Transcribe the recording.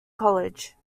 college